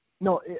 no